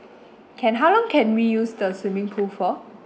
can how long can we use the swimming pool for